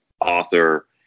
author